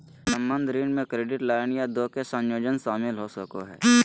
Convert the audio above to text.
संबंद्ध ऋण में क्रेडिट लाइन या दो के संयोजन शामिल हो सको हइ